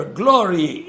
glory